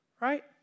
right